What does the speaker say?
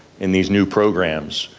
in these new programs,